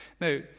Now